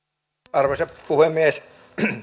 arvoisa puhemies